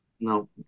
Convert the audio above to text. No